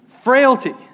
frailty